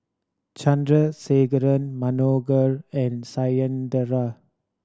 Chandrasekaran Manohar and Satyendra